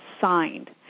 signed